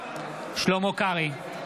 שלמה קרעי,